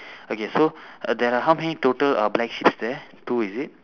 okay so there are how many total uh black sheeps there two is it